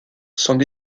son